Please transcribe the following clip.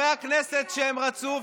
אלה חברי הכנסת שהם רצו,